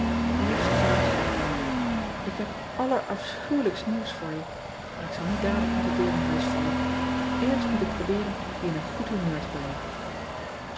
iefste adertje angbeen k heb allerafschuwelijkst nieuws voor je maar ik zal niet dadelijk met de deur in huis vallen erst moet ik probeeren je in een goed humeur te brengen